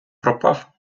пропав